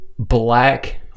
black